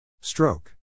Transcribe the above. Stroke